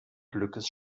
glückes